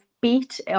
beat